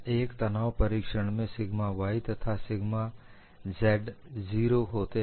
एक तनाव परीक्षण में सिग्मा y तथा सिग्मा z 0 होते हैं